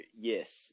yes